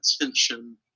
attention